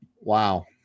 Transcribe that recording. Wow